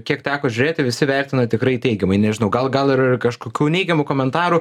kiek teko žiūrėti visi vertina tikrai teigiamai nežinau gal gal ir kažkokių neigiamų komentarų